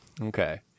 Okay